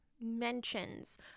mentions